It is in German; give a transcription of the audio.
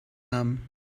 haben